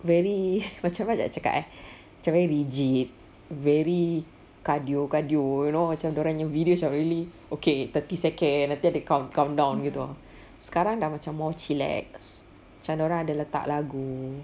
very macam mana nak cakap eh macam very rigid very cardio cardio you know macam dia orang punya videos macam really okay thirty second nanti ada count~ countdown gitu sekarang dah macam more chillax macam dia orang ada letak lagu